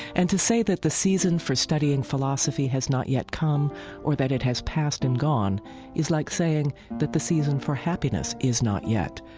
and to say that the season for studying philosophy has not yet come or that it has passed and gone is like saying that the season for happiness is not yet,